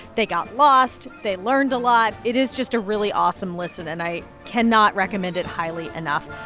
they got lost. they learned a lot. it is just a really awesome listen, and i cannot recommend it highly enough.